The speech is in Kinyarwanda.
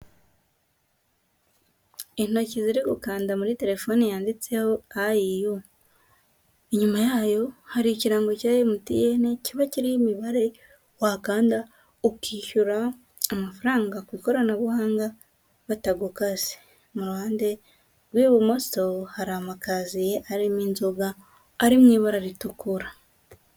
Intoki ziri gukanda muri telefoni yanditseho IU, inyuma yayo hari ikirango cya MTN kiba kiriho imibare wakanda ukishyura amafaranga ku ikoranabuhanga batagukase, mu ruhande rw'ibumoso hari amakaziye arimo inzoga ari mu ibara ritukura.